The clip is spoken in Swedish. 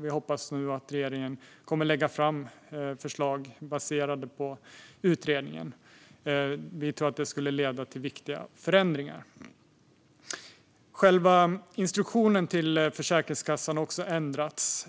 Vi hoppas nu att regeringen kommer att lägga fram förslag baserade på utredningen. Vi tror att det skulle leda till viktiga förändringar. Också själva instruktionen till Försäkringskassan har ändrats.